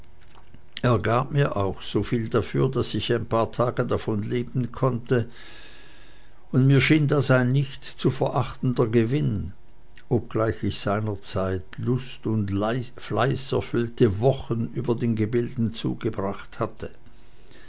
er gab mir auch so viel dafür daß ich ein paar tage davon leben konnte und mir schien das ein nicht zu verachtender gewinn obgleich ich seinerzeit lust und fleißerfüllte wochen über den gebilden zugebracht hatte